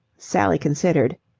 sally considered.